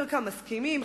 חלקם מסכימים,